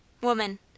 Woman